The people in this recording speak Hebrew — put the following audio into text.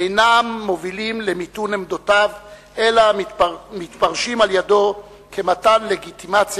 אינם מוביל למיתון עמדותיו אלא מתפרשים על-ידו כמתן לגיטימציה